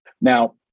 now